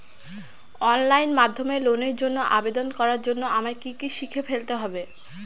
Online মাধ্যমে লোনের জন্য আবেদন করার জন্য আমায় কি কি শিখে ফেলতে হবে?